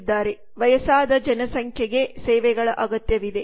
ವಯಸ್ಸಾದ ಜನಸಂಖ್ಯೆಗೆ ಸೇವೆಗಳ ಅಗತ್ಯವಿದೆ